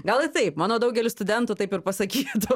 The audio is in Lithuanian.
gal ir taip mano daugelis studentų taip ir pasakytų